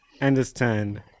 understand